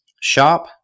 shop